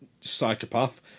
psychopath